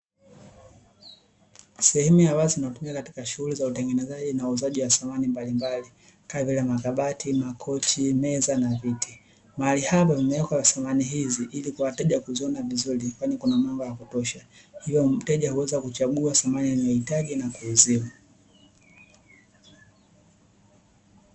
Sehemu ya wazi inayotumika katika shughuli za utengenezaji na uuzaji wa samani mbalimbali kama vile makabati, makochi, meza na viti. Mahali hapo vimewekwa samani hizi ili kwa wateja kuziona vizuri kwani kuna mwanga wa kutosha, hivyo mteja huweza kuchagua samani anayohitaji na kuuziwa.